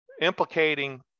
implicating